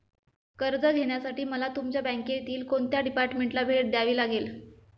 कर्ज घेण्यासाठी मला तुमच्या बँकेतील कोणत्या डिपार्टमेंटला भेट द्यावी लागेल?